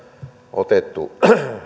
otettu